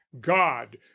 god